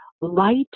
light